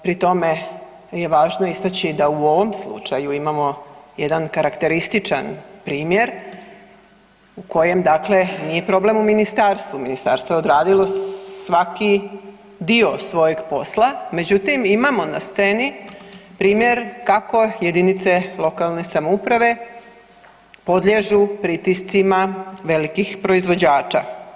Pri tome je važno istaći da u ovom slučaju imamo jedan karakterističan primjer u kojem dakle, nije problem u Ministarstvu, Ministarstvo je odradilo svaki dio svojeg posla, međutim imamo na sceni primjer kako jedinice lokalne samouprave podliježu pritiscima velikih proizvođača.